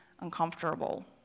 uncomfortable